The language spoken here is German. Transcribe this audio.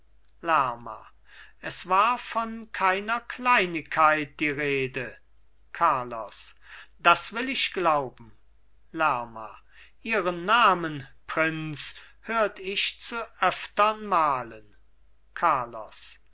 lerma es war von keiner kleinigkeit die rede carlos das will ich glauben lerma ihren namen prinz hört ich zu öftern malen carlos